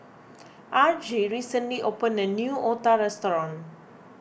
Argie recently opened a new Otah restaurant